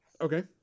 okay